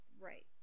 right